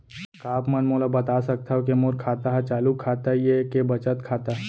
का आप मन मोला बता सकथव के मोर खाता ह चालू खाता ये के बचत खाता?